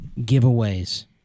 giveaways